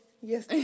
Yes